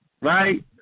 right